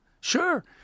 sure